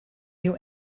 you